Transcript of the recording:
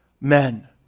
men